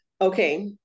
Okay